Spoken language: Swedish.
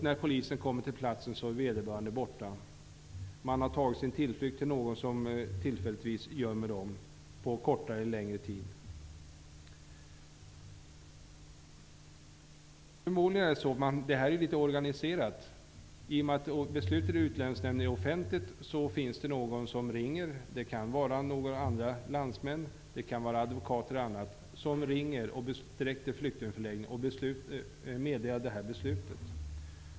När polisen kommer till platsen är vederbörande borta. Personen i fråga har tagit sin tillflykt till någon som tillfälligtvis gömmer honom kortare eller längre tid. Förmodligen är detta organiserat. I och med att beslutet i Utlänningsnämnden är offentligt finns det någon som ringer. Det kan vara landsmän eller advokater som ringer direkt till flyktingförläggningen och meddelar detta beslut.